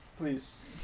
Please